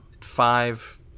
five